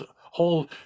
whole